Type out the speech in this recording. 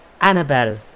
Annabelle